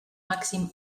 màxim